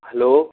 hello